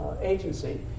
agency